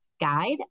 guide